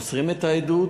מוסרים את העדות,